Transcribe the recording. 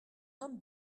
homme